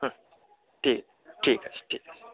হুম ঠিক ঠিক আছে ঠিক আছে